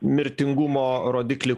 mirtingumo rodiklį